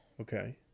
okay